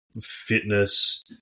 fitness